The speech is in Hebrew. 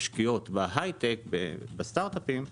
משקיעות בהייטק ובסטארטאפים,